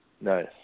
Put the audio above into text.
Nice